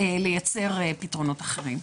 לייצר פתרונות אחרים.